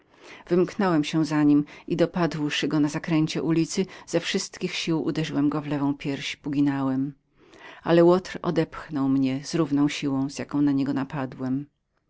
wymknąłem się za nim i cichaczem dopadłszy go na zakręcie ulicy ze wszystkich sił uderzyłem go w lewą pierś puginałem ale łotr odepchnął mnie z równą siłą z jaką na niego napadłem